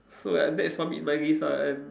so like that's probably my gift ah and